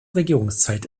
regierungszeit